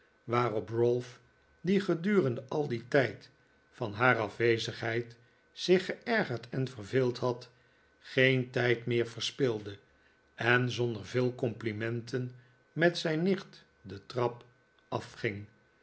waarop r'alph die gedurende al den tijd van haar afwezigheid zich geergerd en verveeld had geen tijd rneer verspilde en zonder veel complimenten met zijn nicht de trap afging